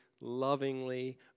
lovingly